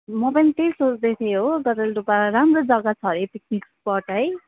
म पनि त्यही सोच्दै थिएँ हो गजलडुबा राम्रो जग्गा छ है पिकनिक स्पट है